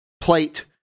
plate